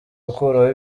gukuraho